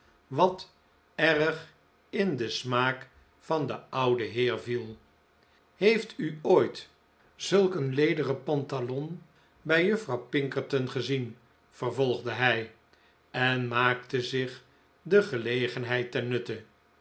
wat erg in den smaak van den ouden heer viel heeft u ooit zulk een lederen pantalon bij juffrouw pinkerton gezien vervolgde hij en maakte zich de gelegenheid ten nutte